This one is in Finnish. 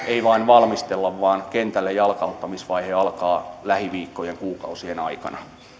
ei vain valmistella vaan kentälle jalkauttamisvaihe alkaa lähiviikkojen kuukausien aikana